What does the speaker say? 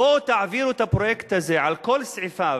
בואו תעבירו את הפרויקט הזה על כל סעיפיו,